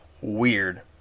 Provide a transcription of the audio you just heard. Weird